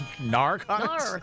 Narcotics